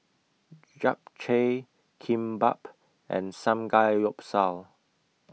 Japchae Kimbap and Samgeyopsal